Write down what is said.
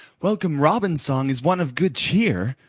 welcome robin's song is one of good cheer,